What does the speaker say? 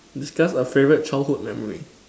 discuss a favourite childhood memory